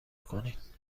کنید